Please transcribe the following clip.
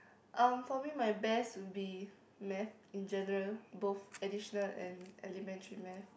um for me my best would be math in general both additional and elementary math